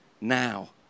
Now